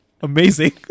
Amazing